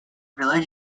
village